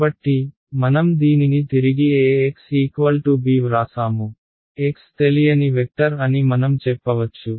కాబట్టి మనం దీనిని తిరిగి axb వ్రాసాము x తెలియని వెక్టర్ అని మనం చెప్పవచ్చు